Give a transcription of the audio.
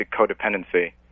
codependency